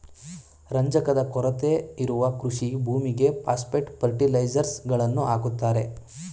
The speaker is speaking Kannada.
ರಂಜಕದ ಕೊರತೆ ಇರುವ ಕೃಷಿ ಭೂಮಿಗೆ ಪಾಸ್ಪೆಟ್ ಫರ್ಟಿಲೈಸರ್ಸ್ ಗಳನ್ನು ಹಾಕುತ್ತಾರೆ